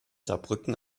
saarbrücken